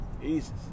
Jesus